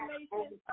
information